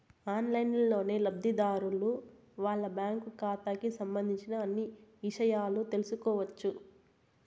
ఆన్లైన్లోనే లబ్ధిదారులు వాళ్ళ బ్యాంకు ఖాతాకి సంబంధించిన అన్ని ఇషయాలు తెలుసుకోవచ్చు